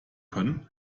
können